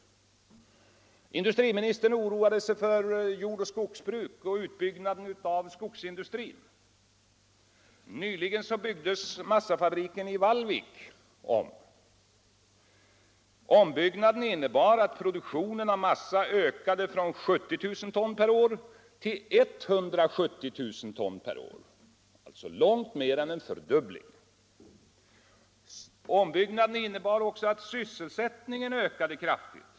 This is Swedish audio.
Industriministern oroade sig för jordoch skogsbruket och för utbyggnaden av skogsindustrin. Nyligen byggdes massafabriken i Vallvik om. Ombyggnaden innebar att produktionen av massa ökade från 70 000 ton per år till 170 000 ton per år, alltså långt mer än en fördubbling. Ombyggnaden innebar också att sysselsättningen ökade kraftigt.